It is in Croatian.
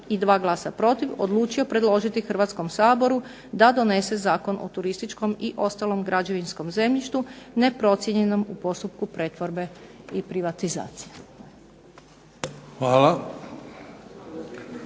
i 2 glasa protiv odlučio predložiti Hrvatskom saboru da donese Zakon o turističkom i ostalom građevinskom zemljištu neprocijenjenom u postupku pretvorbe i privatizacije.